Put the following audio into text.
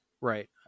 Right